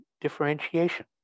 differentiation